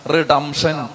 Redemption